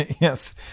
Yes